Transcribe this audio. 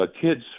kids